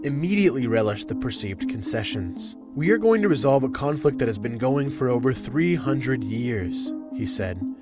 immediately relished the perceived concessions. we are going to resolve a conflict that has been going for over three hundred years, he said.